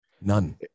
None